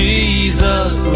Jesus